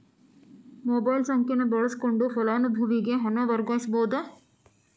mobile ಸಂಖ್ಯೆಯನ್ನ ಬಳಸಕೊಂಡ ಫಲಾನುಭವಿಗೆ ಹಣನ ವರ್ಗಾಯಿಸಬೋದ್